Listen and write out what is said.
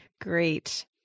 Great